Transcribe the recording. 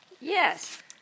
Yes